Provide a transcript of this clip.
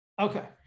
Okay